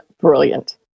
brilliant